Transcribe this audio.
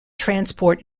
transport